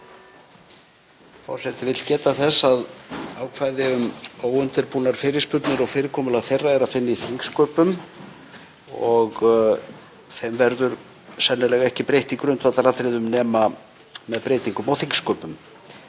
Forseti vill geta þess að ákvæði um óundirbúnar fyrirspurnir og fyrirkomulag þeirra er að finna í þingsköpum og þeim verður sennilega ekki breytt í grundvallaratriðum nema með breytingum á þingsköpum.